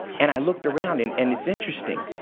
and i looked around, and and it's interesting.